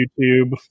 YouTube